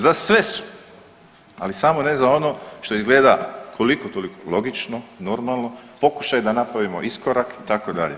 Za sve su, ali samo ne za ono što izgleda koliko toliko logično, normalno, pokušaj da napravimo iskorak itd.